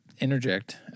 interject